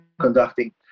conducting